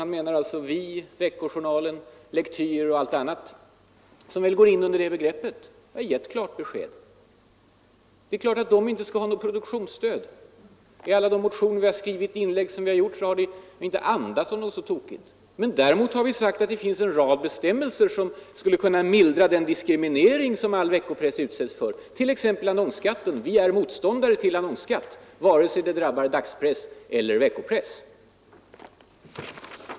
Han menar alltså Vi, Veckojournalen, Lektyr och allt annat som väl går in under det begreppet. Jag har gett klart besked: Det är klart att de alla inte skall ha något presstöd. I alla de motioner vi har skrivit och inlägg vi har gjort har vi inte andats om något så tokigt. Däremot har vi sagt att det finns en rad bestämmelser som skulle kunna ändras för att mildra den diskriminering som veckopressen utsätts för, t.ex. de om annonsskatt. Vi är motståndare till annonsskatt, vare sig den drabbar dagspress eller veckopress.